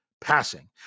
passing